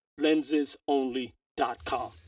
LensesOnly.com